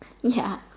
ya